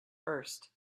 first